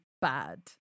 bad